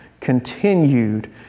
continued